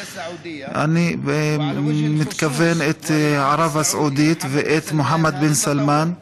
אני מתכוון לערב הסעודית ולמוחמד בן סלמאן.